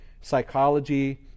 psychology